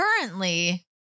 currently